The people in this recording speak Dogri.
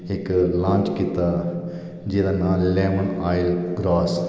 इक लांच कीता जेहदा नां लैमन आएल ग्रास